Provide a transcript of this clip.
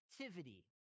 activity